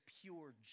pure